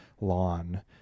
lawn